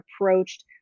approached